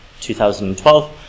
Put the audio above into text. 2012